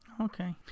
Okay